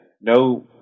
No